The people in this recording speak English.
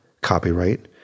copyright